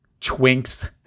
Twinks